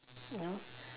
you know